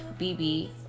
BB